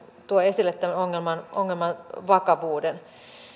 tuo esille tämän ongelman ongelman vakavuuden